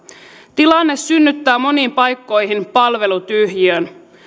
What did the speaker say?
tilanne synnyttää moniin paikkoihin palvelutyhjiön